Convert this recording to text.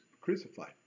crucified